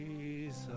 Jesus